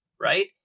right